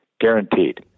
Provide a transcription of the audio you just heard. Guaranteed